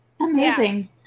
Amazing